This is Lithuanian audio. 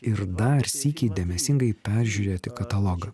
ir dar sykį dėmesingai peržiūrėti katalogą